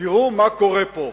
תראו מה קורה פה,